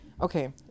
okay